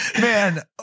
Man